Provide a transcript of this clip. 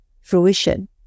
fruition